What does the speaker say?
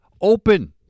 open